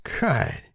God